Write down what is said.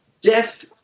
death